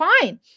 fine